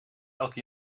elke